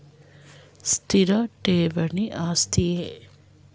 ಸ್ಥಿರ ಠೇವಣಿ ಆಸ್ತಿಯೇ?